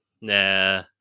nah